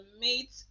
meat